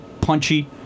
punchy